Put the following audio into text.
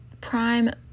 prime